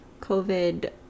COVID